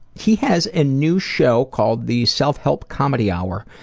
he has a new show called the self-help comedy hour,